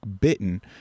Bitten